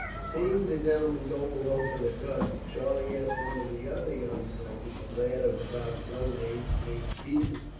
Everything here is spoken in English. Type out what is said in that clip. seeing the gentlemen go below for their guns, charlie asked one of the other young writers, a lad of about his own age, named peters,